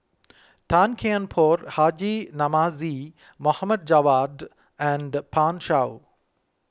Tan Kian Por Haji Namazie Mohd Javad and Pan Shou